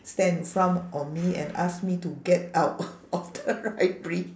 stand in front of me and ask me to get out of the library